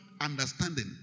understanding